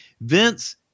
Vince